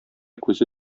күзе